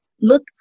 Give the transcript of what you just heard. look